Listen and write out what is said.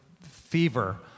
fever